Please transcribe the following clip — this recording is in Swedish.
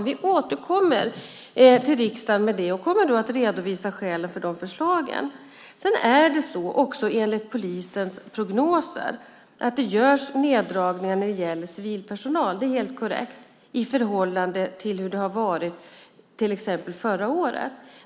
Vi återkommer till riksdagen med det, och vi kommer att redovisa skälen för förslagen. Enligt polisens prognoser görs det neddragningar av civil personal. Det är helt korrekt i förhållande till hur det har varit till exempel förra året.